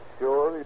sure